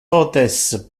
totes